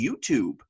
YouTube